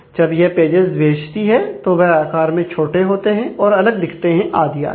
जब यह पेजेस भेजती हैं तो वह आकार में छोटे होते है और अलग दिखते हैं आदि आदि